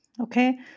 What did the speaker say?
okay